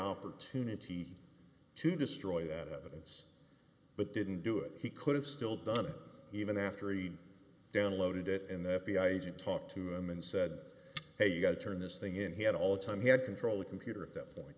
opportunity to destroy that evidence but didn't do it he could've still done it even after he downloaded it and the f b i agent talked to them and said hey you got to turn this thing in he had all the time he had control the computer at that point